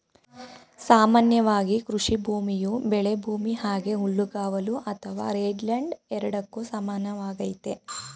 ಸಾಮಾನ್ಯವಾಗಿ ಕೃಷಿಭೂಮಿಯು ಬೆಳೆಭೂಮಿ ಹಾಗೆ ಹುಲ್ಲುಗಾವಲು ಅಥವಾ ರೇಂಜ್ಲ್ಯಾಂಡ್ ಎರಡಕ್ಕೂ ಸಮಾನವಾಗೈತೆ